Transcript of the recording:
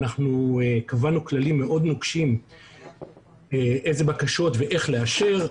אנחנו קבענו כללים מאוד נוקשים איזה בקשות ואיך לאשר.